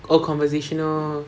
orh conversational